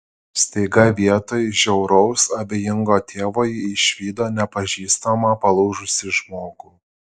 staiga vietoj žiauraus abejingo tėvo ji išvydo nepažįstamą palūžusį žmogų